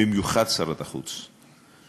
במיוחד שרת החוץ.